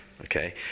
okay